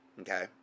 Okay